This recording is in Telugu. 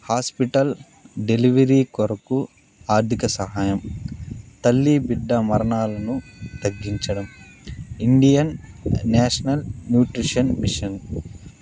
హాస్పిటల్ డెలివరీ కొరకు ఆర్థిక సహాయం తల్లి బిడ్డ మరణాలను తగ్గించడం ఇండియన్ నేషనల్ న్యూట్రిషన్ మిషన్